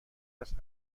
است